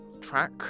track